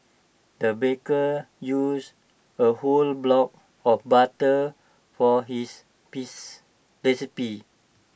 the baker used A whole block of butter for his recipy